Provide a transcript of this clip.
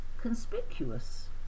conspicuous